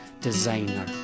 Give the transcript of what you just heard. designer